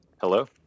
Hello